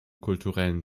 kulturellen